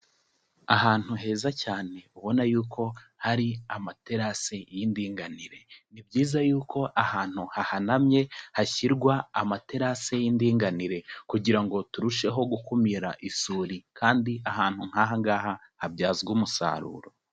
Ahantu heza cyane ubona y'uko hari amaterasi y'indinganire, ni byiza y'uko ahantu hahanamye hashyirwa amaterasi y'indinganire kugira ngo turusheho gukumira isuri kandi ahantu nk'aha ngaha habyazwe umusaruro.